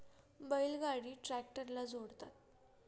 बैल गाडी ट्रॅक्टरला जोडतात